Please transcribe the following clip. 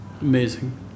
Amazing